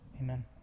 Amen